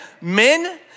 men